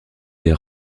des